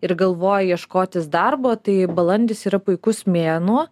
ir galvoja ieškotis darbo tai balandis yra puikus mėnuo